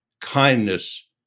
kindness